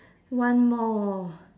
one more